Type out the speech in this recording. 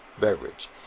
beverage